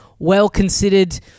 well-considered